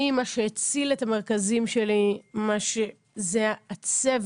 מה שהציל את המרכזים שלי זה הצוות.